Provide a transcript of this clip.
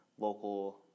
local